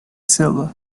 silver